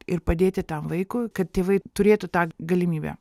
ir padėti tam vaikui kad tėvai turėtų tą galimybę